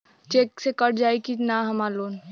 Check से cut जाई की ना हमार लोन?